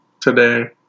today